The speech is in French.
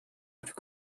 plus